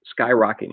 skyrocketing